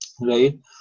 right